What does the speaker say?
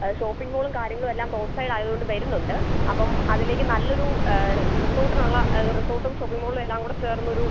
shopping മോളും കാര്യങ്ങളും എല്ലാം റോഡ് സൈഡായത് കൊണ്ട് വരുന്നുണ്ട് അപ്പം അതിലേക്ക് നല്ലൊരു റിസോർട്ടിനുള്ള റിസോർട്ടും ഷോപ്പിംഗ് മോളും എല്ലാം കൂടെ ചേർന്നൊരു